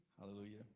Hallelujah